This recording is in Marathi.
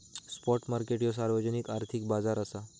स्पॉट मार्केट ह्यो सार्वजनिक आर्थिक बाजार असा